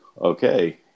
okay